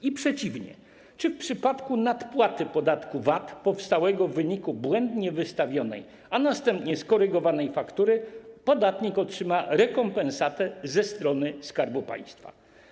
I przeciwnie: Czy w przypadku nadpłaty podatku VAT powstałego w wyniku błędnie wystawionej, a następnie skorygowanej faktury podatnik otrzyma rekompensatę ze strony Skarbu Państwa?